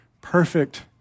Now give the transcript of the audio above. perfect